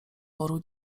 woru